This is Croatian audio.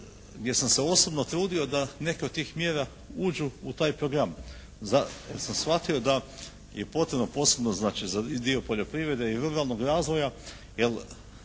gdje sam se osobno trudio da neke od tih mjera uđu u taj program. Jer sam shvatio da je potrebno posebno znači, dio poljoprivrede i ruralnog razvoja.